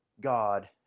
God